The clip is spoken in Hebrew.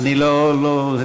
אני לא הבנתי.